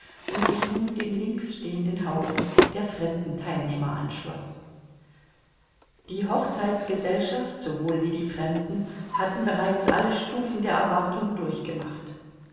und sich nun dem links stehenden haufen der fremden teilnehmer anschloß die hochzeitsgesellschaft sowohl wie die fremden hatten bereits alle stufen der erwartung durchgemacht